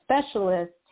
specialist